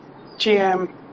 GM